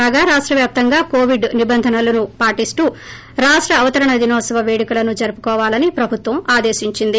కాగా రాష్ట వ్యాప్తంగా కోవిడ్ నిబంధనలు పాటిస్తూ రాష్ట అవతరణ దినోత్సవ పేడుకలు జరుపుకోవాలని ప్రభుత్వం ఆదేశించ్ంది